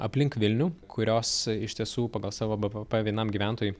aplink vilnių kurios iš tiesų pagal savo bvp vienam gyventojui